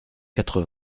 quatre